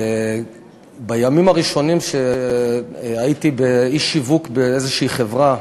בימים הראשונים שהייתי איש שיווק באיזושהי חברה,